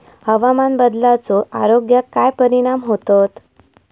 हवामान बदलाचो आरोग्याक काय परिणाम होतत?